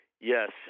yes